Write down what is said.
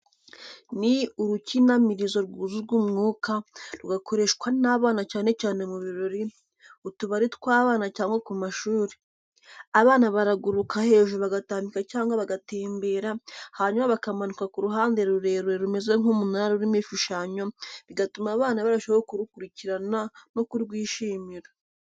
Ni urukinamirizo rwuzuzwa umwuka, rugakoreshwa n’abana cyane cyane mu birori, utubari tw’abana cyangwa ku mashuri. Abana baraguruka hejuru bagatambika cyangwa bagatembera, hanyuma bakamanuka ku ruhande rurerure rumeze nk’umunara rurimo ibishushanyo, bigatuma abana barushaho kurukurikirana no kurwishimira.